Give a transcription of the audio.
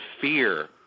fear